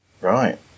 Right